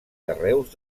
carreus